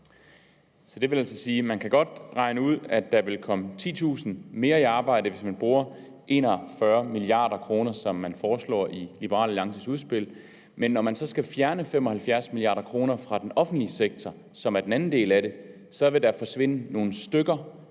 Det vil altså sige, at man godt kan regne ud, at der vil komme 10.000 flere i arbejde, hvis man bruger 41 mia. kr. – som det foreslås i Liberal Alliances udspil – men når man så skal fjerne 75 mia. kr. fra den offentlige sektor, som er den anden del af det, vil der forsvinde »nogle stykker«.